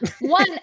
one